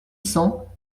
cents